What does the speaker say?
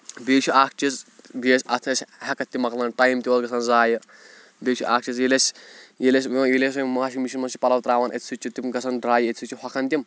بیٚیہِ چھِ اَکھ چیٖز بیٚیہِ ٲسۍ اَتھ ٲسۍ ہٮ۪کَتھ تہِ مۄکلان ٹایم تہِ اوس گژھان زایہِ بیٚیہِ چھِ اَکھ چیٖز ییٚلہِ اَسہِ ییٚلہِ اَسہِ ییٚلہِ اَسہِ واشِنٛگ مِشیٖن منٛز چھِ پَلَو ترٛاوَان أتھۍ سۭتۍ چھِ تِم گژھان ڈرٛاے أتھۍ سۭتۍ چھِ ہۄکھان تِم